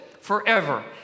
forever